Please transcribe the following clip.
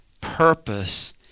purpose